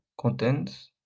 contents